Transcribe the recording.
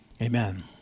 Amen